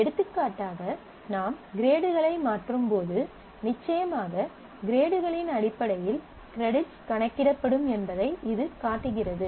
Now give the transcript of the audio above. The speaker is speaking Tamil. எடுத்துக்காட்டாக நாம் கிரேடுகளை மாற்றும்போது நிச்சயமாக கிரேடுகளின் அடிப்படையில் கிரெடிட் கணக்கிடப்படும் என்பதை இது காட்டுகிறது